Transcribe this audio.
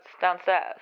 downstairs